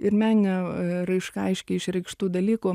ir meninė raiška aiškiai išreikštų dalykų